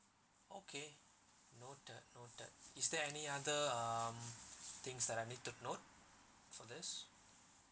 okay well done well done is there any other um things that I need to note for this